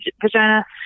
vagina